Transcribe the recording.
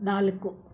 ನಾಲ್ಕು